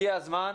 הגיע הזמן.